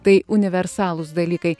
tai universalūs dalykai